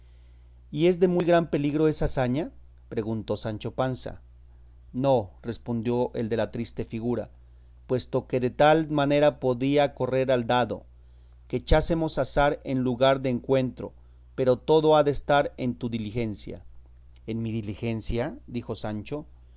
y es de muy gran peligro esa hazaña preguntó sancho panza no respondió el de la triste figura puesto que de tal manera podía correr el dado que echásemos azar en lugar de encuentro pero todo ha de estar en tu diligencia en mi diligencia dijo sancho